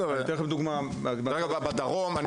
זה יוכל לסייע.